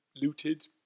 looted